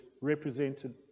represented